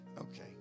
Okay